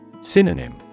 Synonym